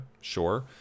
sure